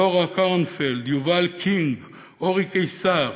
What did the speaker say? לורה קורנפילד, יובל קינג, אורי קיסר,